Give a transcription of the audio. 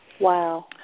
Wow